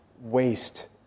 waste